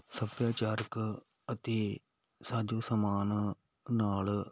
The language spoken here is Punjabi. ਸੱਭਿਆਚਾਰਕ ਅਤੇ ਸਾਜ਼ੋ ਸਮਾਨ ਨਾਲ